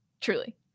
Truly